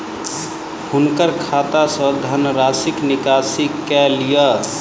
हुनकर खाता सॅ धनराशिक निकासी कय लिअ